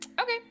Okay